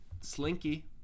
Slinky